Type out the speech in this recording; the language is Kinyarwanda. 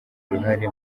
uruhare